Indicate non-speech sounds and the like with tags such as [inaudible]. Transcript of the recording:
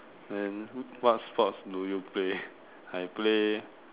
then what sports do you play [laughs] I play